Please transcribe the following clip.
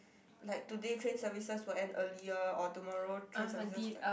like today train services will end earlier or tomorrow train services